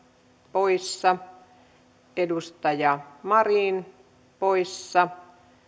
poissa edustaja marin poissa